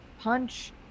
punch